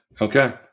Okay